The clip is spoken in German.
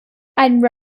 ein